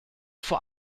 vor